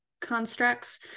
constructs